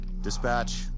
Dispatch